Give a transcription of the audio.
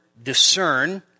discern